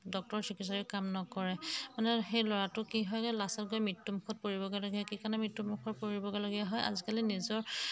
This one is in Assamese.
ডক্টৰ চিকিৎসকে কাম নকৰে মানে সেই ল'ৰাটো কি হয়গৈ লাষ্টত গৈ মৃত্যুমুখত পৰিবগৈ লগে কি কাৰণে মৃত্যুমুখত পৰিবলগীয়া হয় আজিকালি নিজৰ